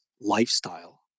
lifestyle